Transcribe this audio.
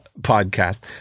podcast